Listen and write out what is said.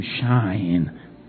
shine